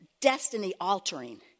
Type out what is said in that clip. destiny-altering